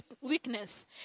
weakness